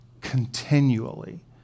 continually